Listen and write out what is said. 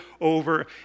over